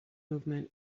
movement